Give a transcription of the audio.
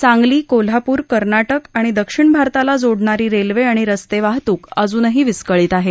सांगली कोल्हापूर कर्नाटक आणि दक्षिण भारताला जोडणारी रेल्वे आणि रस्ते वाहतूक अजूनही विस्कळीत आहे